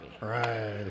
Right